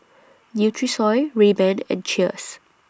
Nutrisoy Rayban and Cheers